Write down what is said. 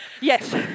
Yes